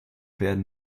werden